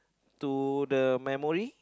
to the memory